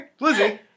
Lizzie